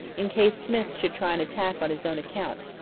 in case smyth should try an attack on his own account,